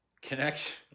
connection